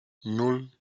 nan